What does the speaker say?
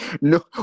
no